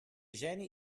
ženi